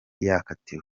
yakatiwe